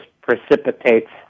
precipitates